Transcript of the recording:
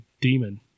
demon